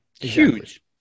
Huge